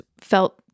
felt